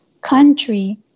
country